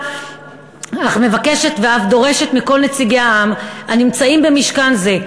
אך מבקשת ואף דורשת מכל נציגי העם הנמצאים במשכן זה,